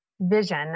vision